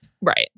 Right